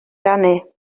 rannu